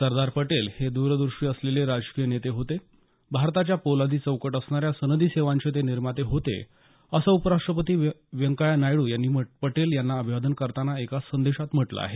सरदार पटेल हे दुरदृष्टी असलेले राजकीयनेते होते भारताच्या पोलादी चौकट असणा या सनदी सेवांचे ते निर्माते होते असं उपराष्ट्रपती व्यंकया नायडू यांनीही पटेल यांना अभिवादन करतांना एका संदेशात म्हटलं आहे